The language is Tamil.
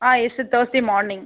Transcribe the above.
ah yes sir Thursday morning